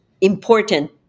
important